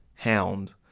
hound